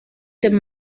dem